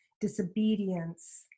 disobedience